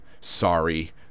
Sorry